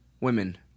Women